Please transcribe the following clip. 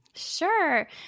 Sure